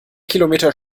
kilometer